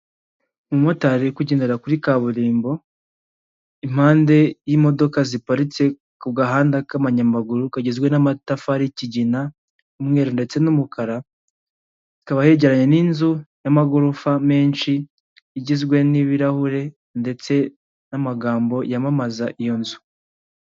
Umumotari uri kugendera kuri kaburimbo, impande y'imodoka ziparitse ku gahanda k'abanyamaguru kagizwe n'amatafari y'ikigina, umweru ndetse n'umukara, ikaba yegeranye n'inzu n'amagorofa menshi, igizwe n'ibirahure ndetse n'amagambo yamamaza iyo nzu.